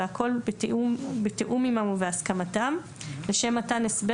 והכול בתיאום עימם ובהסכמתם לשם מתן הסבר